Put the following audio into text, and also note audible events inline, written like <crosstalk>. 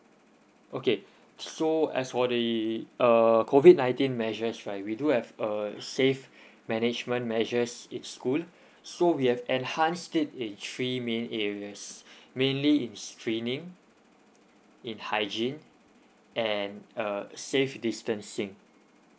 okay so as for the err COVID nineteen measures right we do have err safe management measures each school <breath> so we have enhance it in three main areas <breath> mainly in straining in hygiene and uh safe distancing